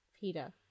Peter